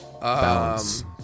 balance